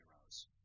heroes